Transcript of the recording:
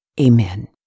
Amen